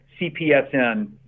CPSN